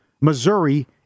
Missouri